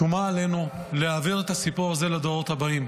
שומה עלינו להעביר את הסיפור הזה לדורות הבאים.